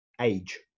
Age